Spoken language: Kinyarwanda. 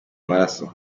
amaraso